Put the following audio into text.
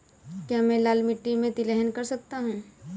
क्या मैं लाल मिट्टी में तिलहन कर सकता हूँ?